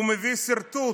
הוא מביא סרטוט